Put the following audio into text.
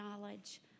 knowledge